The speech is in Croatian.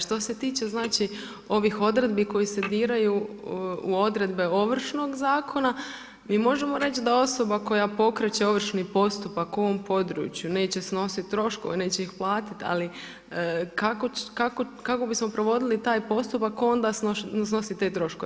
Što se tiče znači ovih odredbi koji se biraju o odredbe Ovršnog zakona, mi možemo reći, da osoba koja pokreče ovršni postupak u ovom području, neće snositi troškove, neće ih platiti, ali kako bismo provodili taj postupak onda iznositi te troškove.